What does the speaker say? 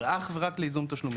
אך ורק לייזום תשלומים?